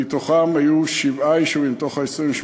מתוכם היו שבעה יישובים, מתוך ה-28.